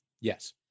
Yes